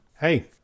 Hey